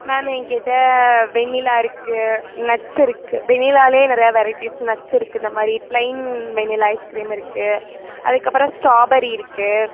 ma'am என்கிட்ட vanilla இருக்கு nuts இருக்கு வெண்ணிலால நிறையா வெரைட்டிஸ் நட்ஸ் இருக்கு இந்தமாதிரி ப்ளைன் வெண்ணிலா ஐஸ்க்ரீம் இருக்கு அதற்கப்பறம் ஸ்ட்ராபெரி இருக்கு